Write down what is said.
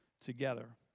together